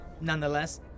nonetheless